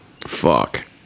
fuck